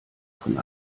von